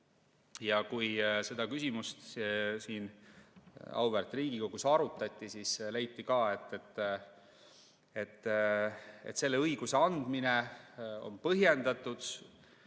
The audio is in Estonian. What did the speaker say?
Kui seda küsimust siin auväärt Riigikogus arutati, siis leiti, et selle õiguse andmine on põhjendatud,